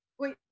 Wait